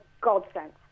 godsend